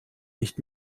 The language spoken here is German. nicht